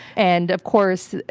and of course,